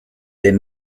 des